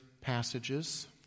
passages